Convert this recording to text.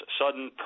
sudden